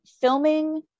filming